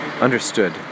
understood